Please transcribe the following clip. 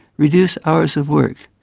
reduce hours of work,